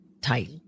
tight